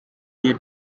year